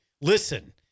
listen